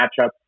matchup